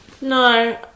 no